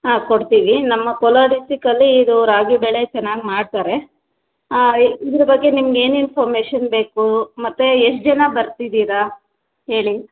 ಹಾಂ ಕೊಡ್ತೀವಿ ನಮ್ಮ ಕೋಲಾರ ಡಿಸ್ಟಿಕಲ್ಲಿ ಇದು ರಾಗಿ ಬೆಳೆ ಚೆನ್ನಾಗಿ ಮಾಡ್ತಾರೆ ಹಾಂ ಇದ್ರ ಬಗ್ಗೆ ನಿಮ್ಗೆ ಏನು ಇನ್ಫಮೇಷನ್ ಬೇಕು ಮತ್ತು ಎಷ್ಟು ಜನ ಬರ್ತಿದ್ದೀರಾ ಹೇಳಿ